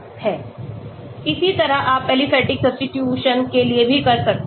इसी तरह आप एलिफैटिक सब्स्टीट्यूशन के लिए भी कर सकते हैं